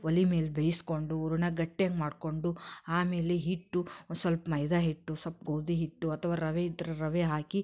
ಒಲೆ ಮೇಲೆ ಬೇಯಿಸ್ಕೊಂಡು ಹೂರಣ ಗಟ್ಟಿಯಾಗಿ ಮಾಡಿಕೊಂಡು ಆಮೇಲೆ ಹಿಟ್ಟು ಒಂದು ಸ್ವಲ್ಪ ಮೈದಾಹಿಟ್ಟು ಸ್ವಲ್ಪ್ ಗೋಧಿ ಹಿಟ್ಟು ಅಥವಾ ರವೆ ಇದ್ದರೆ ರವೆ ಹಾಕಿ